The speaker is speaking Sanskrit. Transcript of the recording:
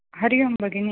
हरि ओं भगिनि